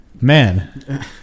man